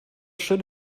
schön